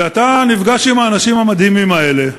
ואתה נפגש עם האנשים המדהימים האלה,